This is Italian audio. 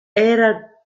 era